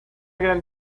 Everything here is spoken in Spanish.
gran